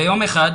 ביום אחד,